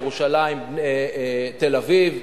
מירושלים לתל-אביב,